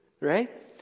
right